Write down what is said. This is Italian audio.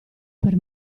per